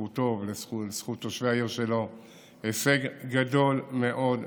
לזכותו ולזכות תושבי העיר שלו הישג גדול מאוד